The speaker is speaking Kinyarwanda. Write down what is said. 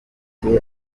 muri